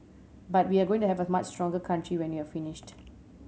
but we're going to have a much stronger country when we're finished